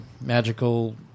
magical